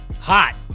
Hot